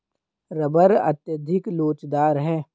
rubber अत्यधिक लोचदार है